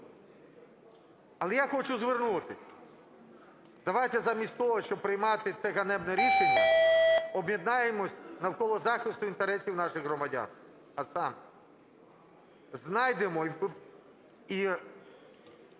Але я хочу звернутись: давайте замість того, щоб приймати це ганебне рішення, об'єднаємося навколо захисту інтересів наших громадян, а саме: знайдемо і